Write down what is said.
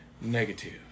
Negative